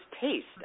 taste